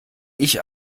ich